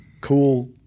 cool –